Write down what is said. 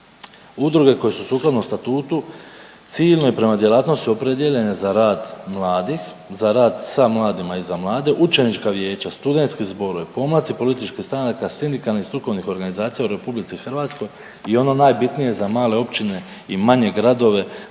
udruge koje su sukladno statutu ciljno i prema djelatnosti opredijeljene za rad mladih, za rad sa mladima i za mlade, učenička vijeća, studentski zborovi, pomladci političkih stranaka, sindikalnih strukovnih organizacija u RH i ono najbitnije za male općine i manje gradove,